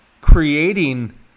creating